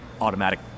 automatic